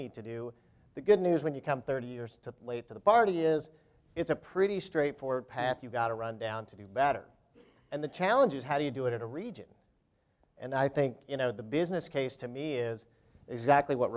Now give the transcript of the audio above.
need to do the good news when you come thirty years to late to the party is it's a pretty straightforward path you've got to run down to do better and the challenge is how do you do it in a region and i think you know the business case to me is exactly what